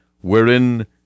wherein